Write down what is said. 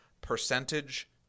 percentage